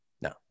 no